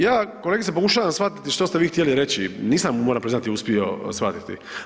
Ja kolegice pokušavam shvatiti što ste vi htjeli reći, nisam moram priznati uspio shvatiti.